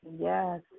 Yes